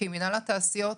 כי מינהל התעשיות,